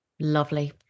Lovely